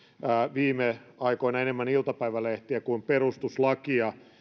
viime aikoina enemmän iltapäivälehtiä kuin perustuslakia